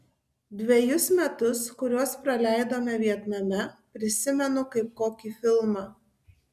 dvejus metus kuriuos praleidome vietname prisimenu kaip kokį filmą